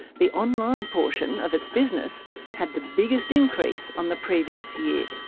the online portion of its business had the biggest increase on the previous year.